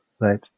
right